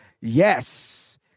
yes